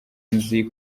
nzi